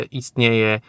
istnieje